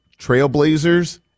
Trailblazers